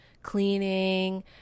cleaning